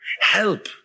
help